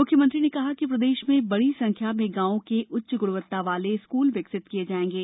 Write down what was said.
मुख्यमंत्री ने कहा कि प्रदेश में बड़ी संख्या में गांवों के उच्च गुणवत्ता वाले स्कूल विकसित किए जाएंगे